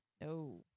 No